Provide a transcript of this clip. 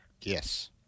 Yes